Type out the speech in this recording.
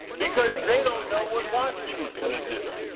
because they don't know what washington is going to do.